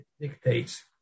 dictates